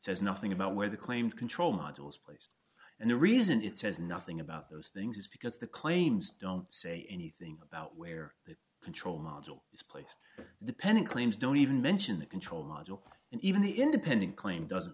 says nothing about where the claimed control module is placed and the reason it says nothing about those things because the claims don't say anything about where the control module is placed dependent claims don't even mention a control module and even the independent claim doesn't